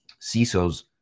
CISOs